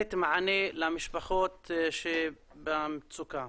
ולתת מענה למשפחות שבמצוקה.